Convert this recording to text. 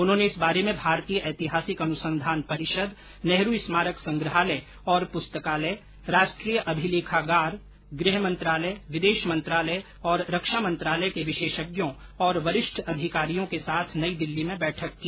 उन्होंने इस बारे में भारतीय ऐतिहासिक अनुसंधान परिषद नेहरू स्मारक संग्रहालय और पुस्तकालय राष्ट्रीय अभिलेखागार गृह मंत्रालय विदेश मंत्रालय और रक्षा मंत्रालय के विशेषज्ञों तथा वरिष्ठ अधिकारियों के साथ नई दिल्ली में बैठक की